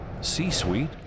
C-Suite